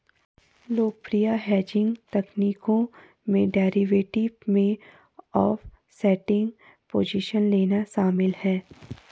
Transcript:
लोकप्रिय हेजिंग तकनीकों में डेरिवेटिव में ऑफसेटिंग पोजीशन लेना शामिल है